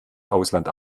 ausland